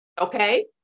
Okay